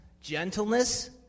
Gentleness